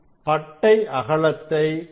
பட்டை அகலத்தை நாம்